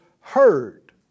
heard